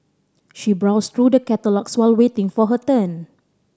she browse through the catalogues while waiting for her turn